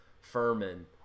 Furman